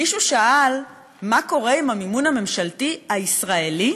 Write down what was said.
מישהו שאל מה קורה עם המימון הממשלתי הישראלי?